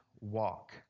walk